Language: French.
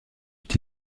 est